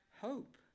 hope